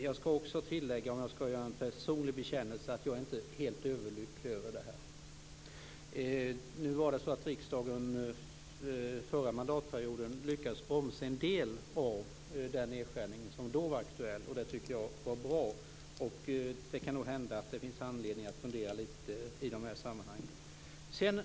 Jag kan också, som en personlig bekännelse, tilllägga att jag inte är överlycklig över det här. Riksdagen lyckades förra mandatperioden bromsa en del av den nedskärning som då var aktuell och det tycker jag är bra. Det kan nog finnas anledning att fundera lite i de här sammanhangen.